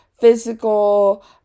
physical